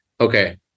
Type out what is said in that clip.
okay